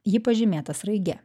ji pažymėta sraige